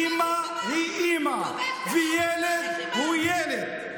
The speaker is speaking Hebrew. אימא היא אימא וילד הוא ילד.